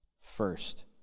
first